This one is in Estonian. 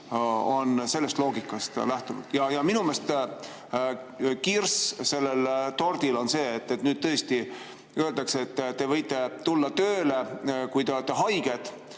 on sellest loogikast lähtunud. Ja minu meelest kirss sellel tordil on see, et nüüd öeldakse, et te võite tulla tööle, kui te olete